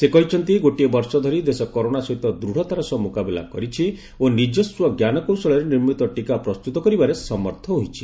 ସେ କହିଛନ୍ତି ଗୋଟିଏ ବର୍ଷ ଧରି ଦେଶ କରୋନା ସହିତ ଦୃଢ଼ତାର ସହ ମୁକାବିଲା କରିଛି ଓ ନିଜସ୍ୱ ଜ୍ଞାନକୌଶଳରେ ନିର୍ମିତ ଟୀକା ପ୍ରସ୍ତୁତ କରିବାରେ ସମର୍ଥ ହୋଇଛି